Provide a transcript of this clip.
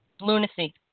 Lunacy